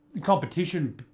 competition